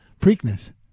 preakness